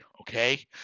Okay